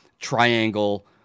triangle